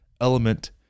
Element